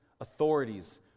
authorities